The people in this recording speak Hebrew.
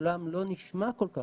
קולם לא נשמע כל כך,